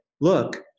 look